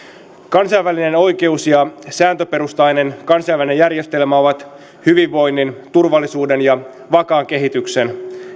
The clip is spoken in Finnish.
kansainvälinen oikeus ja sääntöperustainen kansainvälinen järjestelmä ovat hyvinvoinnin turvallisuuden ja vakaan kehityksen